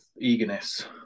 eagerness